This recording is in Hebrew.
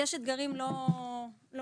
יש אתגרים לא קטנים,